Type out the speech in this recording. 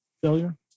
failure